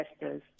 investors